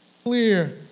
Clear